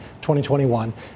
2021